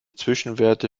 zwischenwerte